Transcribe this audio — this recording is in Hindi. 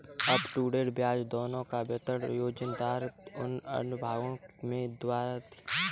अपटूडेट ब्याज दरों का विवरण योजनावार उन अनुभागों में दिया गया है